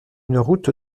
route